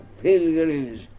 pilgrims